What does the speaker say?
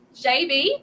JB